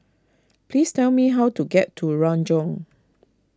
please tell me how to get to Renjong